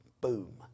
boom